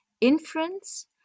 inference